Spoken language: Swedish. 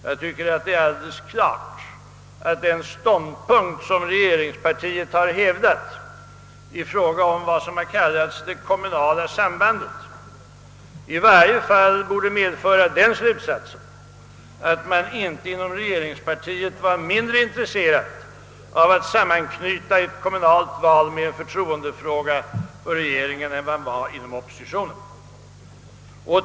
Jag tycker det är alldeles klart att den ståndpunkt som regeringspartiet har hävdat när det gäller det s.k. kommunala sambandet i varje fall borde medföra den slutsatsen, att man inte inom regeringspartiet var mindre intresserad av att sammanknyta ett kommunalt val med en förtroendefråga för regeringen än man var inom Ooppositionen. Tvärtom.